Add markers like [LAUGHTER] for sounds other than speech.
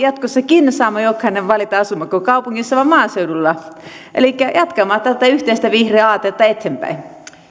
[UNINTELLIGIBLE] jatkossakin saamme jokainen valita asummeko kaupungissa vai maaseudulla elikkä jatkamme tätä yhteistä vihreää aatetta eteenpäin